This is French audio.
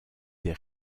des